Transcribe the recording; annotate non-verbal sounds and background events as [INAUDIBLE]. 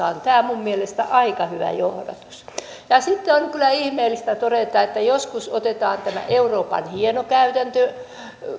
[UNINTELLIGIBLE] on minun mielestäni aika hyvä johdatus täällä aloitteessa sitten on kyllä ihmeellistä todeta että joskus otetaan tämä euroopan hieno käytäntö